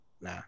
Nah